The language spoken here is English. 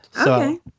Okay